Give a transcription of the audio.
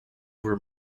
were